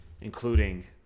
including